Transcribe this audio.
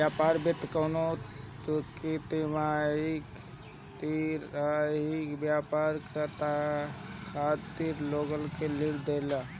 व्यापार वित्त कवनो भी तरही के व्यापार खातिर लोग के ऋण देला